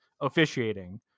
officiating